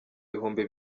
ibihumbi